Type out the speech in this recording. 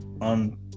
on